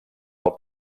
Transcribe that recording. del